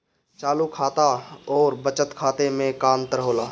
चालू खाता अउर बचत खाता मे का अंतर होला?